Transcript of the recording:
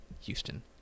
Houston